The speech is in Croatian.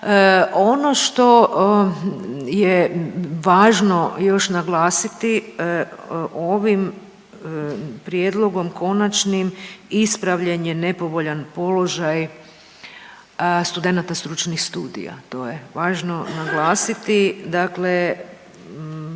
Ono što je važno još naglasiti ovim prijedlogom konačnim ispravljen je nepovoljan položaj studenata stručnih studija. To je važno naglasiti. Dakle,